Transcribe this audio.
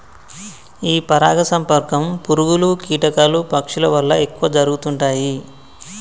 ఈ పరాగ సంపర్కం పురుగులు, కీటకాలు, పక్షుల వల్ల ఎక్కువ జరుగుతుంటాయి